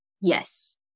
yes